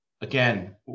again